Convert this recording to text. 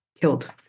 killed